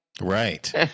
right